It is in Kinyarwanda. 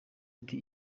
ati